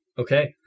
okay